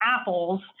apples